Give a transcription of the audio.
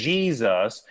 Jesus